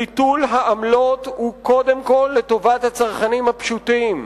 ביטול העמלות הוא קודם כול לטובת הצרכנים הפשוטים,